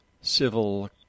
Civil